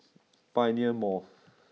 Pioneer Mall